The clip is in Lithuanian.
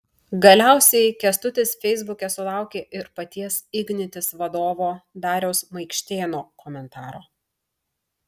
galiausiai kęstutis feisbuke sulaukė ir paties ignitis vadovo dariaus maikštėno komentaro